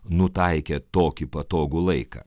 nutaikė tokį patogų laiką